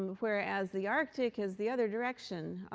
whereas the arctic is the other direction.